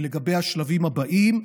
לגבי השלבים הבאים,